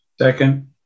Second